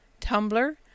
Tumblr